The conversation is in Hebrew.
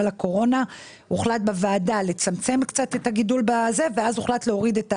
הקורונה הוחלט בוועדה לצמצם ולהוריד את הרזרבה.